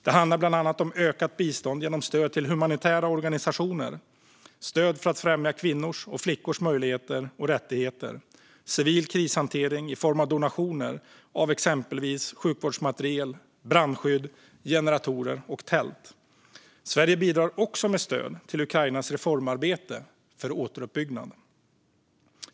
Det handlar bland annat om ökat bistånd genom stöd till humanitära organisationer, stöd för att främja kvinnors och flickors möjligheter och rättigheter och civil krishantering i form av donationer av exempelvis sjukvårdsmateriel, brandskydd, generatorer och tält. Sverige bidrar också med stöd till Ukrainas reformarbete och återuppbyggnad.